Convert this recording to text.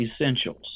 essentials